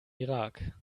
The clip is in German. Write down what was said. irak